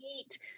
eat